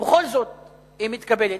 ובכל זאת היא מתקבלת.